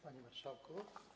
Panie Marszałku!